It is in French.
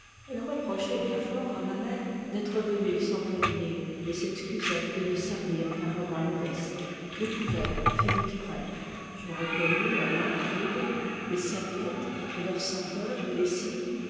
elle reprochait bien fort à ma mère d'être venue sans prévenir et s'excusait de ne servir qu'un repas modeste le couvert fut vite prêt je reconnus la nappe rude les serviettes et leur senteur de lessive